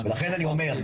לכן אני אומר,